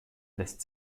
lässt